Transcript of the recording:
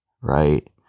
right